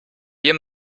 wir